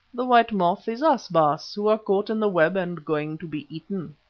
the white moth is us, baas, who are caught in the web and going to be eaten.